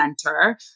center